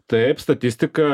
taip statistiką